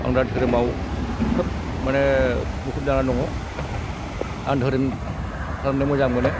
आं दा धोरोमाव खोब माने मुखुब जानानै दङ आं धोरोम खालामनो मोजां मोनो